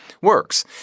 works